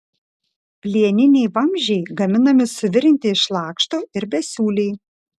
plieniniai vamzdžiai gaminami suvirinti iš lakštų ir besiūliai